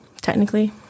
technically